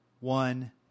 one